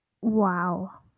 Wow